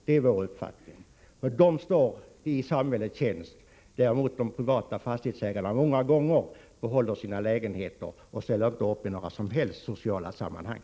De står nämligen i samhällets tjänst, medan däremot de privata fastighetsägarna många gånger inte vill ställa upp med sina lägenheter i några som helst sociala sammanhang.